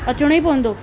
अचिणो ई पवंदो